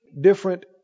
different